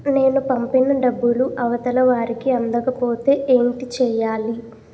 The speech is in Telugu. నేను పంపిన డబ్బులు అవతల వారికి అందకపోతే ఏంటి చెయ్యాలి?